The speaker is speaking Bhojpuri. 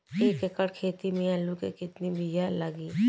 एक एकड़ खेती में आलू के कितनी विया लागी?